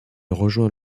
rejoint